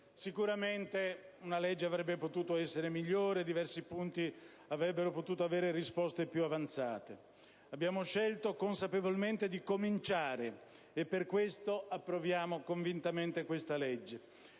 sicuramente la legge avrebbe potuto essere migliore e diversi punti avrebbero potuto avere risposte più avanzate. Abbiamo scelto, consapevolmente, di cominciare, e per questo approviamo convintamente questa legge.